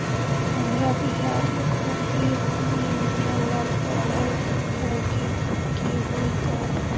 हमरा बिहार मुख्यमंत्री उद्यमी योजना ला पढ़ल होखे के होई का?